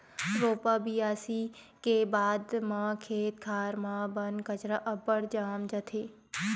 रोपा बियासी के बाद म खेत खार म बन कचरा अब्बड़ जाम जाथे